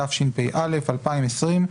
התשפ"א-2020",